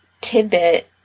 tidbit